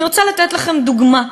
אני רוצה לתת לכם דוגמה,